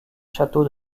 château